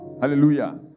Hallelujah